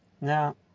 Now